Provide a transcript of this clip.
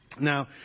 Now